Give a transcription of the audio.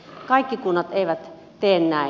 kaikki kunnat eivät tee näin